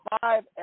five